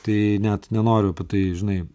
tai net nenoriu apie tai žinai